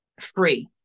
free